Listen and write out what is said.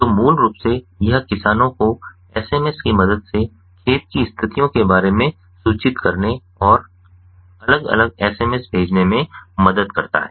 तो मूल रूप से यह किसानों को एसएमएस की मदद से खेत की स्थितियों के बारे में सूचित करने और अलग अलग एसएमएस भेजने में मदद करता है